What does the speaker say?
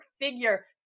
figure